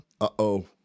uh-oh